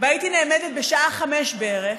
והייתי נעמדת בשעה 17:00 בערך,